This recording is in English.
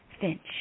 Finch